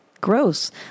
gross